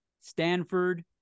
Stanford